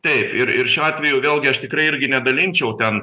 taip ir ir šiuo atveju vėlgi aš tikrai irgi nedalinčiau ten